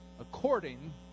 According